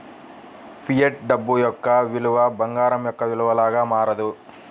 fiat డబ్బు యొక్క విలువ బంగారం యొక్క విలువ లాగా మారదు